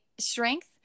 strength